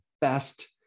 best